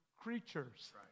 creatures